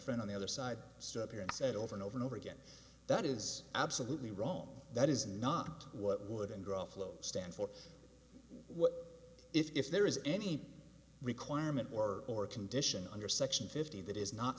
friend on the other side step in and said over and over and over again that is absolutely wrong that is not what would in growth flow stand for what if there is any requirement or or a condition under section fifty that is not